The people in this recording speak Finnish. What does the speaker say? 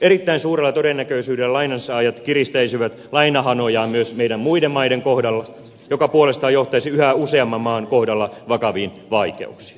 erittäin suurella todennäköisyydellä lainanantajat kiristäisivät lainahanojaan myös meidän muiden maiden kohdalla mikä puolestaan johtaisi yhä useamman maan kohdalla vakaviin vaikeuksiin